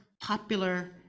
popular